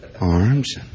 arms